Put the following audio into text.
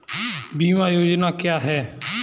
बीमा योजना क्या है?